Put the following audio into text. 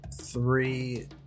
three